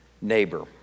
neighbor